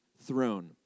throne